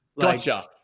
Gotcha